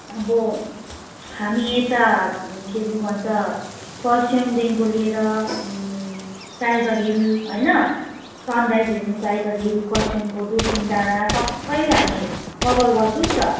अब हामी एता के पो भन्छ कर्सियङदेखिको लिएर टाइगर हिल होइन सन राइज हेर्ने टाइगर हिल कर्सियङको दुर्बिन डाँडा सबै हामी कभर गर्छुौँ अन्त